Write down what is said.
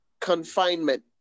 confinement